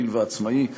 יעיל ועצמאי,